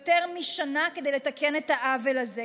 יותר משנה כדי לתקן את העוול הזה,